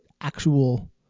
actual